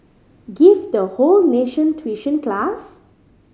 give the whole nation tuition class